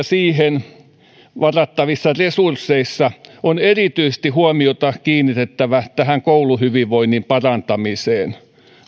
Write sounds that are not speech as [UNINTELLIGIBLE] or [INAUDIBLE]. [UNINTELLIGIBLE] siihen varattavissa resursseissa on erityisesti huomiota kiinnitettävä tähän kouluhyvinvoinnin parantamiseen